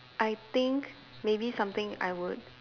I think maybe something I would